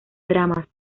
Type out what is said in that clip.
dramas